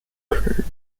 crow